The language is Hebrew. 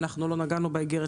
אנחנו לא נגענו באיגרת,